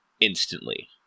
instantly